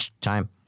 time